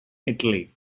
italy